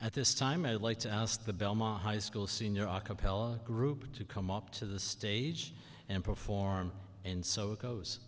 at this time i'd like to ask the belmont high school senior our capella group to come up to the stage and perform and so it goes